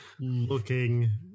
looking